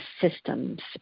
systems